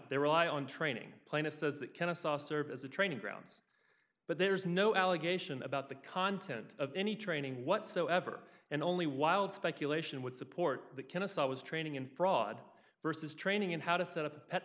their rely on training plaintiff says that kennesaw serve as a training ground but there's no allegation about the content of any training whatsoever and only wild speculation would support that kennesaw was training in fraud vs training in how to set up a pet